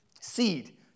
Seed